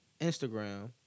Instagram